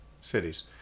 cities